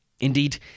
Indeed